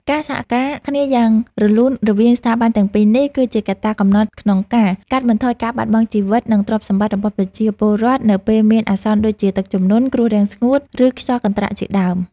ការសហការគ្នាយ៉ាងរលូនរវាងស្ថាប័នទាំងពីរនេះ គឺជាកត្តាកំណត់ក្នុងការកាត់បន្ថយការបាត់បង់ជីវិត និងទ្រព្យសម្បត្តិរបស់ប្រជាពលរដ្ឋនៅពេលមានអាសន្នដូចជា ទឹកជំនន់ គ្រោះរាំងស្ងួត ឬខ្យល់កន្ត្រាក់ជាដើម។